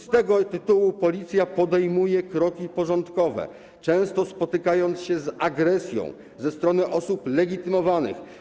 Z tego tytułu policja podejmuje kroki porządkowe, często spotykając się z agresją ze strony osób legitymowanych.